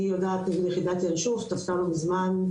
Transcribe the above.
אני יודעת על יחידת ינשוף שתפסה לא מזמן,